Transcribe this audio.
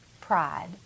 pride